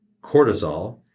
cortisol